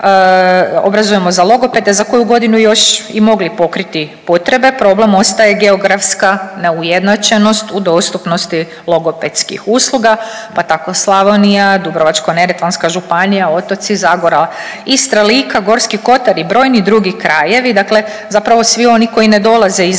obrazujemo za logopede za koju godinu još i mogli pokriti potrebe, problem ostaje geografska neujednačenost u dostupnosti logopedskih usluga, pa tako Slavonija, Dubrovačko-neretvanska županija, otoci, zagora, Istra, Lika, Gorski kotar i brojni drugi krajevi dakle zapravo svi oni koji ne dolaze iz